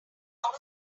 long